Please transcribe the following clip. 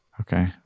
Okay